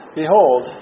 Behold